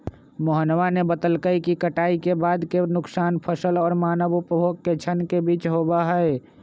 मोहनवा ने बतल कई कि कटाई के बाद के नुकसान फसल और मानव उपभोग के क्षण के बीच होबा हई